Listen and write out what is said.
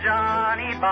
Johnny